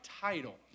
title